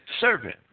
servant